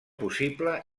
possible